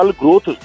growth